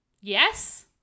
yes